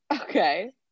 Okay